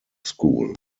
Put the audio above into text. school